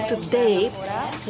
today